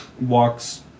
walks